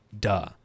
duh